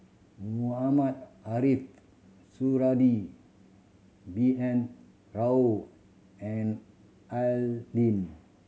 Mohamed Ariff Suradi B N Rao and Al Lim